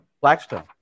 Blackstone